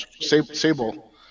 Sable